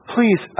Please